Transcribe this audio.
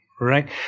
right